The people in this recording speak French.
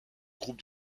groupe